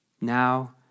now